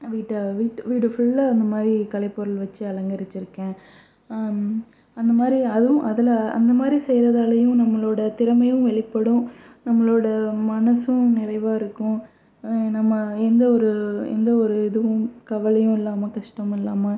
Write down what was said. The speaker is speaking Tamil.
வீட்டை விட் வீடு ஃபுல்லாக இந்தமாதிரி கலை பொருள் வச்சு அலங்கரிச்சுருக்கேன் அந்தமாதிரி அதுவும் அதில் அந்தமாதிரி செய்கிறதாலையும் நம்மளோடய திறமையும் வெளிப்படும் நம்மளோடய மனசும் நிறைவாக இருக்கும் நம்ம எந்த ஒரு எந்த ஒரு இதுவும் கவலையும் இல்லாமல் கஷ்டமும் இல்லாமல்